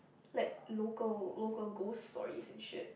like local local ghost stories and shit